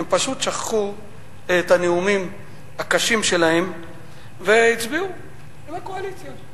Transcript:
הם פשוט שכחו את הנאומים הקשים שלהם והצביעו כמו הקואליציה.